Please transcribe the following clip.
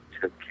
took